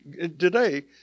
Today